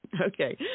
Okay